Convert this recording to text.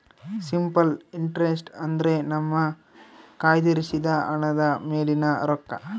simple interest ಅಂದ್ರೆ ನಮ್ಮ ಕಯ್ದಿರಿಸಿದ ಹಣದ ಮೇಲಿನ ರೊಕ್ಕ